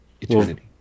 Eternity